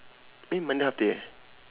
eh monday half day